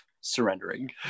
surrendering